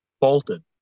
bolted